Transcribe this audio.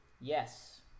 Yes